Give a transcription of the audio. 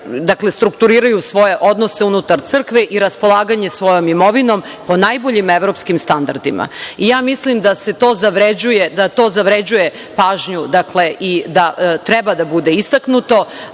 da strukturiraju svoje odnose unutar crkvi i raspolaganje svojom imovinom po najboljim evropskim standardima. Mislim da to zavređuje pažnju i da treba da bude istaknuto. Ono